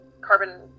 carbon